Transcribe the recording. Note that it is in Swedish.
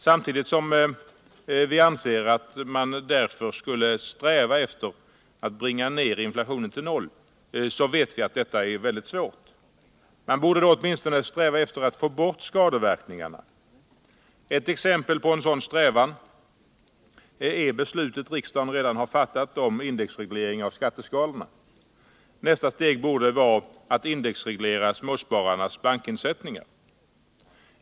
Samtidigt som vi anser att man därför skulle sträva efter att bringa ner inflationen till noll så vet vi att detta är svårt. Man borde då åtminstone sträva efter att få bort skadeverkningarna. Värdesäkert lön sparande Värdesäkert lönsparande Ett exempel på en sådan strävan är beslutet som riksdagen har fattat om indexreglering av skatteskalorna. Nästa steg borde vara att indexreglera småspararnas bankinsättningar.